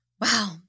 Wow